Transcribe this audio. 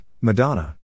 Madonna